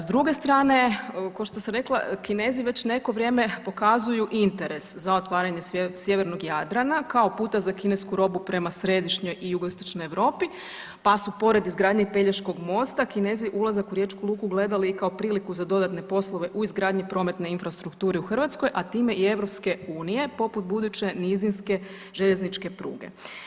S druge strane ko što sam rekla Kinezi već neko vrijeme pokazuju interes za sjevernog Jadrana kao puta za kinesku robu prema središnjoj i jugoistočnoj Europi pa su pored izgradnje Pelješkog mosta Kinezi ulazak u riječku luku gledali i kao priliku za dodatne poslove u izgradnji prometne infrastrukture u Hrvatskoj, a time i EU poput buduće nizinske željezničke pruge.